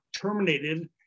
terminated